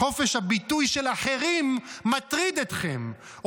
חופש הביטוי של אחרים מטריד אתכם,